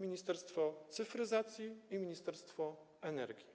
Ministerstwo Cyfryzacji i Ministerstwo Energii.